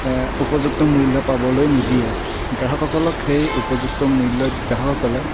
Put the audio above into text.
উপযুক্ত মূল্য পাবলৈ নিদিয়ে গ্ৰাহকসকলক সেই উপযুক্ত মূল্য গ্ৰাহকসকলে